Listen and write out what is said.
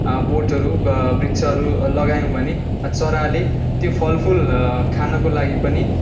बोटहरू ब वृक्षहरू लगायौँ भने चराले त्यो फलफुल खानको लागि पनि